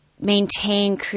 maintain